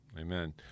Amen